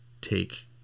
take